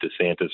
DeSantis